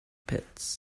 pits